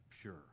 pure